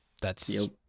that's-